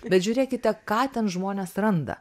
bet žiūrėkite ką ten žmonės randa